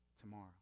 tomorrow